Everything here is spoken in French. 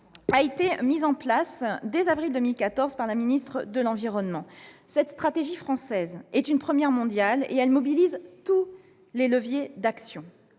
a été mise en place dès avril 2014 par la ministre de l'environnement. Cette stratégie française est une première mondiale et mobilise tous les leviers d'action